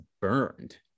burned